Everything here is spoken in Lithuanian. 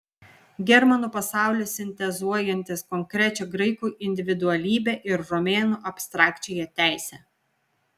germanų pasaulis sintezuojantis konkrečią graikų individualybę ir romėnų abstrakčiąją teisę